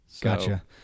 Gotcha